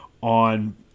on